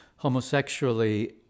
homosexually